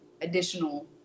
additional